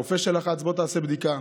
לפעמים זה הרופא שלחץ: בוא תעשה בדיקה.